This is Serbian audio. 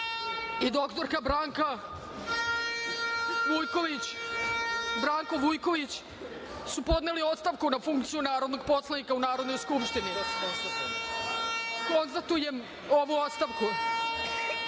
dr. Živan Bajić i dr. Branko Vujković su podneli ostavku na funkciju narodnog poslanika u Narodnoj Skupštini. Konstatujem ovu ostavku.